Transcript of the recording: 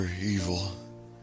evil